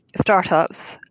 startups